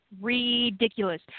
Ridiculous